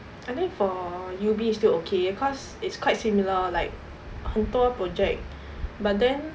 I think for U_B still okay cause it's quite similar like 很多 project but then